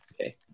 Okay